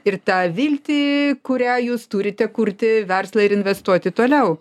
ir tą viltį kurią jūs turite kurti verslą ir investuoti toliau